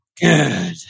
good